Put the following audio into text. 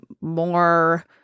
more